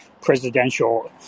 presidential